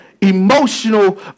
Emotional